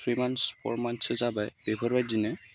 three month for मान्थसो जाबाय बेफोरबायदिनो